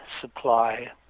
supply